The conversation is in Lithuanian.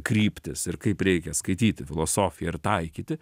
kryptys ir kaip reikia skaityti filosofiją ir taikyti